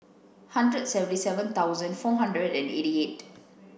hundred seventy seven thousand four hundred eighty eight